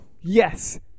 Yes